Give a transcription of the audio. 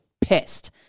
pissed